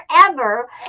forever